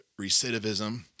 recidivism